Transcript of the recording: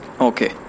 Okay